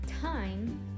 time